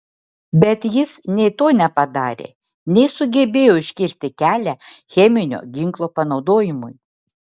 bet jis nei to nepadarė nei sugebėjo užkirsti kelią cheminio ginklo panaudojimui